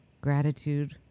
gratitude